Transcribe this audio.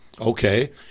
okay